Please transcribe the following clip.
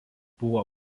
buvo